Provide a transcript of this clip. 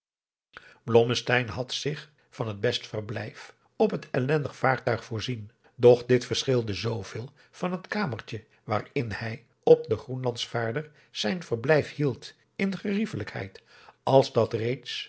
had zich van het best verblijf op het ellendig vaartuig voorzien doch dit verschilde zooveel van het kamertje waarin hij op den groenlandsvaarder zijn verblijf hield in gerijfelijkheid als dat reeds